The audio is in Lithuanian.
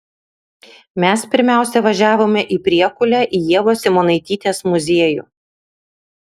mes pirmiausia važiavome į priekulę į ievos simonaitytės muziejų